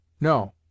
no